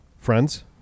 Friends